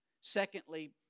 Secondly